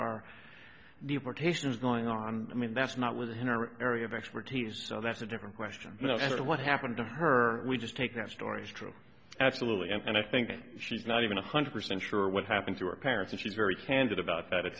deportations going on i mean that's not within our area of expertise so that's a different question you know what happened to her we just take that story is true absolutely and i think she's not even a hundred percent sure what happened to her parents and she's very candid about that at